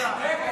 שקרנית.